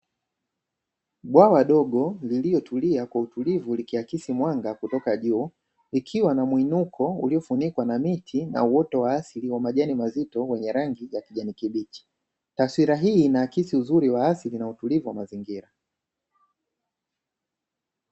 Bwawa dogo lililo tulia kwa utulivu likiakisi mwanga kutoka juu, ikiwa na muinuko uliofunikwa na miti na uoto wa asili wa majani mazito wenye rangi ya kijani kibichi. Taswira hii inahakisi uzuri wa asili na utulivu wa mazingira